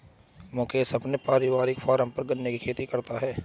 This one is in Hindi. मुकेश अपने पारिवारिक फॉर्म पर गन्ने की खेती करता है